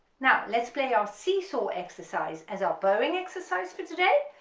now let's play our seesaw exercise as our bowing exercise for today,